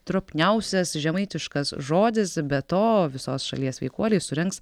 tropniausias žemaitiškas žodis be to visos šalies sveikuoliai surengs